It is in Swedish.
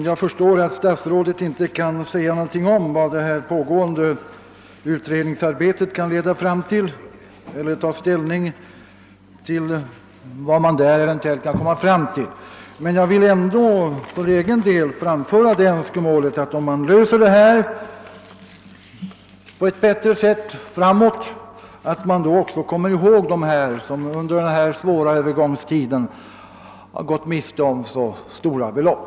Jag förstår att statsrådet inte kan säga någonting om vad det pågående utredningsarbetet kan leda till och att han inte i dag kan ta ställning, men jag vill för egen del ändå framföra önskemålet att man, om man når en bättre lösning, också kommer ihåg dem som under denna svåra övergångstid gått miste om så stora belopp.